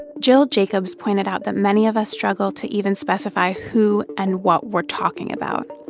jill jacobs pointed out that many of us struggle to even specify who and what we're talking about.